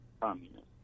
communist